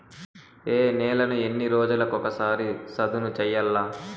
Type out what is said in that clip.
ఏ నేలను ఎన్ని రోజులకొక సారి సదును చేయల్ల?